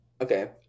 okay